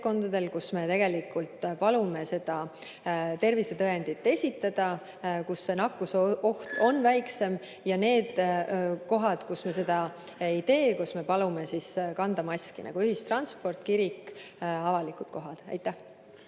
kus me palume seda tervisetõendit esitada, kus nakkusoht on väiksem, ja kohtadel, kus me seda ei tee ja kus me palume kanda maski, nagu ühistransport, kirik, avalikud kohad. Aitäh!